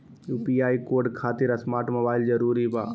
UPI code खातिर smart mobile जरूरी बा?